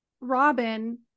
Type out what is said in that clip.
robin